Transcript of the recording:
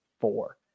four